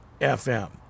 FM